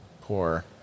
poor